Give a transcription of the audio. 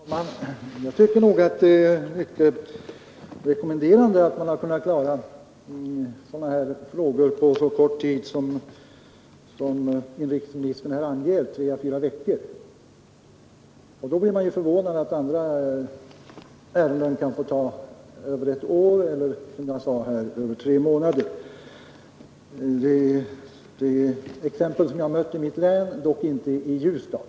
Herr talman! Jag tycker nog att det är mycket rekommenderande att departementet kunnat klara sådana här frågor på så kort tid som inrikesministern här anger — tre å fyra veckor. Då blir man förvånad över att vissa ärenden kan ta över ett år eller, som jag sade, över tre månader. Det är exempel som jag har mött i mitt hemlän — dock inte i Ljusdal